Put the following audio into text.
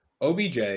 OBJ